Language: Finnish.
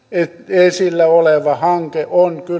esillä oleva hanke on kyllä